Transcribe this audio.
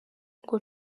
ngo